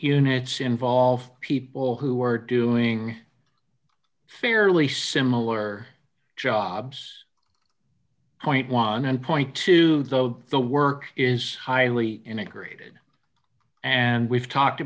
units involved people who are doing fairly similar jobs point one and point two though the work is highly integrated and we've talked